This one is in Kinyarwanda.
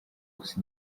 gusa